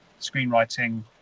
screenwriting